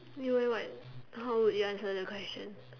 you eh what how would you answer the question